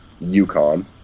UConn